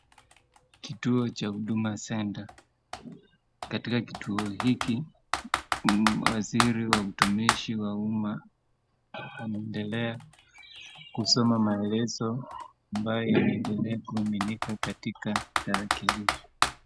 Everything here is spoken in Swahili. Kituo cha Huduma Centre. Katika kituo hiki waziri wa utumishi wa umma anaendelea kusoma maelezo ambayo inaendelea kuminika katika tarakilishi.